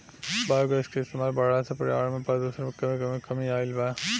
biogas के इस्तमाल बढ़ला से पर्यावरण में प्रदुषण में कमी आइल बा